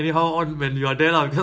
or lift system